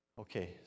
Okay